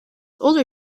older